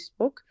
facebook